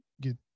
get